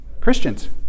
Christians